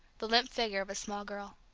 the limp figure of a small girl.